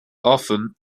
often